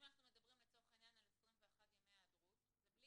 אם אנחנו מדברים על 21 ימי היעדרות זה בלי